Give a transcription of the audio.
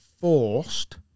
forced